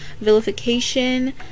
vilification